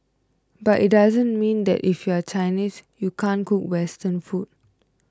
but it doesn't mean that if you are Chinese you can't cook Western food